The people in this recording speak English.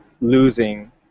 losing